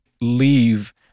leave